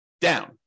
down